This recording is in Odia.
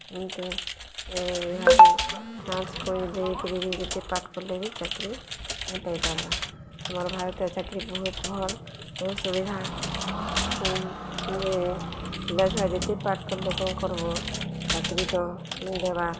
କିନ୍ତୁ ଲାଞ୍ଚକୁ ଦେଇକିରି ବି ଯେତେ ପାଠ୍ ପଢ଼୍ଲେ ବି ଚାକିରି ନାଇଁ ପାଇପାର୍ବା ଆମର୍ ଭାରତୀୟ ଚାକିରି ବହୁତ୍ ଭଲ୍ ବହୁତ୍ ସୁବିଧା ଯେ ପିଲାଛୁଆ ଯେତେ ପାଠ୍ ପଢ଼୍ଲେ କାଁ କର୍ବ ଚାକିରି ତ ନେଇ ଦେବାର୍